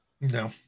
No